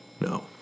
No